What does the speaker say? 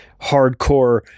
hardcore